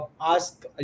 ask